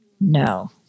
No